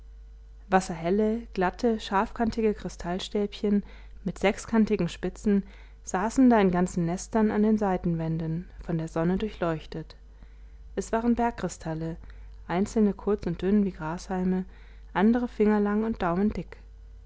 waren wasserhelle glatte scharfkantige kristallstäbchen mit sechskantigen spitzen saßen da in ganzen nestern an den seitenwänden von der sonne durchleuchtet es waren bergkristalle einzelne kurz und dünn wie grashalme andere fingerlang und daumendick